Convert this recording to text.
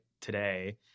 today